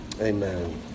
Amen